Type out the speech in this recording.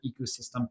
ecosystem